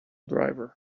driver